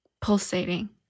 pulsating